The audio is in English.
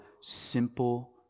simple